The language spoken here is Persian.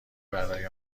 برای